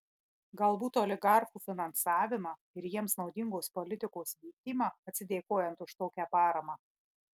galbūt oligarchų finansavimą ir jiems naudingos politikos vykdymą atsidėkojant už tokią paramą